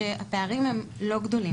שהפערים הם לא גדולים.